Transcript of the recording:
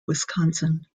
wisconsin